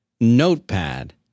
notepad